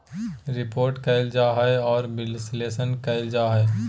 report कइल जा हइ और विश्लेषण कइल जा हइ